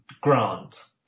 grant